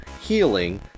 Healing